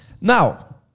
Now